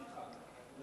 זה